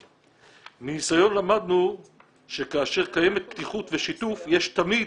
מניסיון למדנו שכאשר קיימת פתיחות ושיתוף, יש תמיד